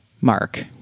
Mark